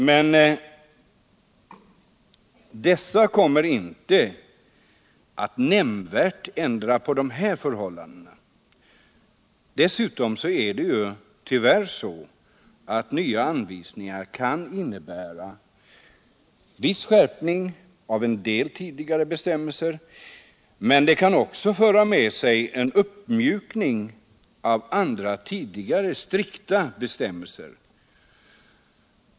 Men dessa kommer inte att nämnvärt ändra förhållandena. Nya anvisningar kan visserligen innebära viss skärpning av en del tidigare bestämmelser, men de kan tyvärr också föra med sig en uppmjukning av tidigare strikta bestämmelser.